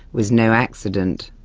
was no accident.